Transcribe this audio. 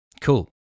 cool